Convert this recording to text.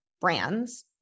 brands